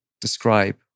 describe